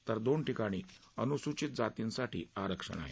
तर दोन ठिकाणी अनुसुचित जातीसाठी आरक्षण आहे